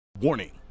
Warning